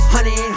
Honey